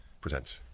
presents